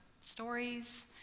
stories